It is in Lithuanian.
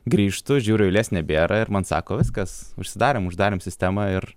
grįžtu žiūriu eilės nebėra ir man sako viskas užsidarėm uždarėm sistemą ir